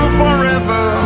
forever